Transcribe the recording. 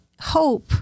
hope